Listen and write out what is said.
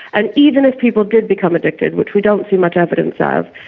and even if people did become addicted, which we don't see much evidence of,